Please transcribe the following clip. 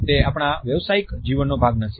તે આપણા વ્યાવસાયિક જીવનનો ભાગ નથી